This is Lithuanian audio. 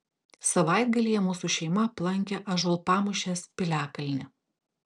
savaitgalyje mūsų šeima aplankė ąžuolpamūšės piliakalnį